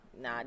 nah